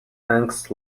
thanks